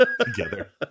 together